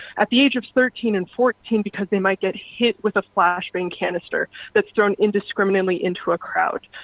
at the age of thirteen and fourteen because of they might get hit with a flash bang canister that is thrown indiscriminately into a crowd.